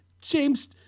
James